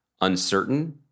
uncertain